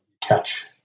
catch